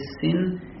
sin